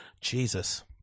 Jesus